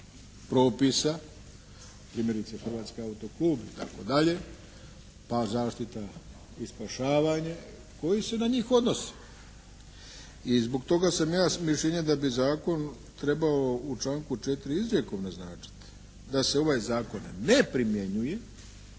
propisa, primjerice Hrvatski auto klub, itd., pa Zaštita i spašavanje, koji se na njih odnose. I zbog toga sam ja mišljenja da bi zakon trebao u članku 4. izrijekom naznačiti da se ovaj zakon ne primjenjuje